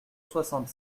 soixante